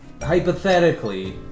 hypothetically